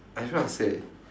I don't know how to say